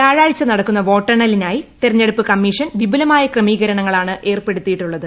വ്യാഴാഴ്ച നടക്കുന്ന വോട്ടെണ്ണലിനായി തെരഞ്ഞെടുപ്പ് കമ്മീഷൻ വിപുലമായ ക്രമീകരണങ്ങളാണ് ഏർപ്പെടുത്തിയിട്ടുള്ളത്